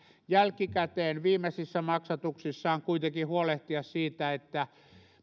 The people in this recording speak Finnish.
jälkikäteen viimeisissä maksatuksissaan kuitenkin huolehtia siitä että